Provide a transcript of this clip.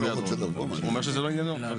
מאוד